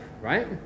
right